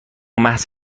محض